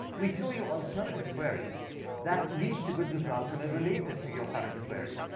we show you alternative queries that lead to good results and are related to your current query.